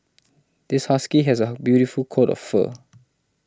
this husky has a beautiful coat of fur